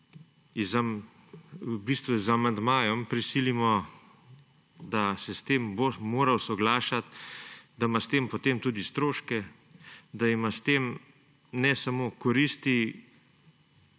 da nekoga z amandmajem prisilimo, da bo s tem moral soglašati, da ima s tem potem tudi stroške, da ima s tem ne samo koristi,